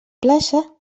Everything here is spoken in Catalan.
plaça